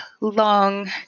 long